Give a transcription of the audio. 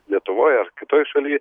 lietuvoj ar kitoj šaly